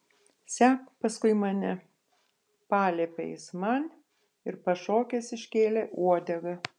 sek paskui mane paliepė jis man ir pašokęs iškėlė uodegą